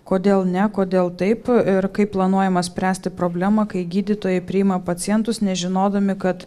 kodėl ne kodėl taip ir kaip planuojama spręsti problemą kai gydytojai priima pacientus nežinodami kad